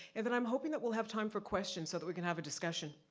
and then, i'm hoping that we'll have time for questions so that we can have a discussion.